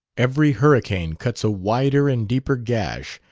every hurricane cuts a wider and deeper gash,